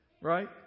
right